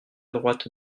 droite